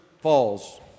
Falls